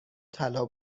طلا